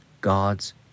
god's